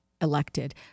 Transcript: elected